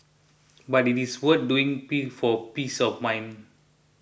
but it is worth doing being for peace of mind